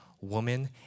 woman